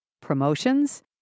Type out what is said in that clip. promotions